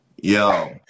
Yo